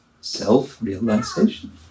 self-realization